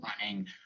running